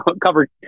covered